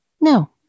No